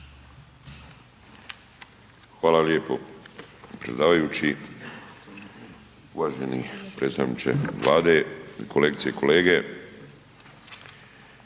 Hvala lijepo predsjedavajući. Uvaženi predstavniče Vlade, kolegice i kolege,